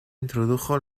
introdujo